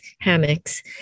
hammocks